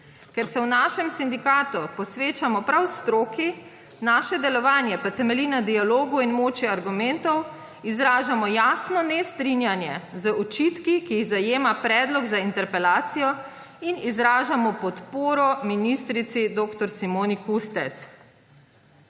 Ker se v našem sindikatu posvečamo prav stroki, naše delovanje pa temelji na dialogu in moči argumentov, izražamo jasno nestrinjanje z očitki, ki jih zajema predlog za interpelacijo, in izražamo podporo ministrici dr. Simoni Kustec.«